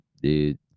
dude